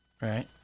Right